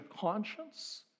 conscience